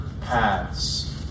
paths